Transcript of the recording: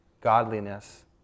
godliness